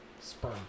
sperm